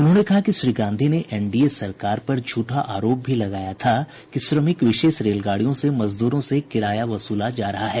उन्होंने कहा कि श्री गांधी ने एनडीए सरकार पर झूठा आरोप भी लगाया था कि श्रमिक विशेष रेलगाड़ियों में मजदूरों से किराया वसूला जा रहा है